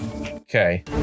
Okay